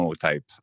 type